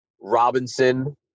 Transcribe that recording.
Robinson